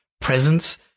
presence